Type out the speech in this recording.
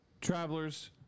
Travelers